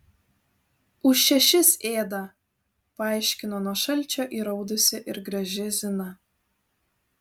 už šešis ėda paaiškino nuo šalčio įraudusi ir graži zina